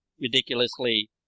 Ridiculously